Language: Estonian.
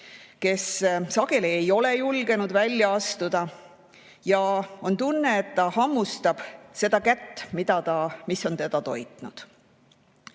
kes sageli ei ole julgenud välja astuda. On tunne, et ta hammustab seda kätt, mis on teda toitnud.